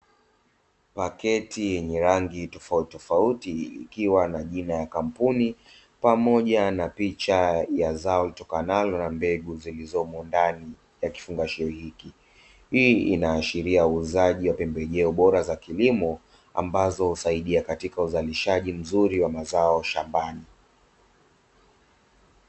Paketi yenye rangi tofautitofauti ikiwa na jina ya kampuni pamoja na picha ya zao litokanalo na mbegu zilizomo ndani ya kifungashio hiki. Hii inaashiria uuzaji wa pembejeo bora za kilimo; ambazo husaidia katika uzalishaji mzuri wa mazao shambani.